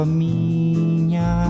minha